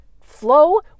flow